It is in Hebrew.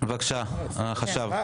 בבקשה, החשב.